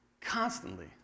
constantly